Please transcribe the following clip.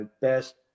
best